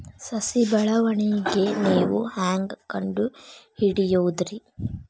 ಸಸಿ ಬೆಳವಣಿಗೆ ನೇವು ಹ್ಯಾಂಗ ಕಂಡುಹಿಡಿಯೋದರಿ?